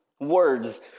words